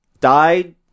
died